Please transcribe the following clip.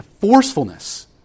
forcefulness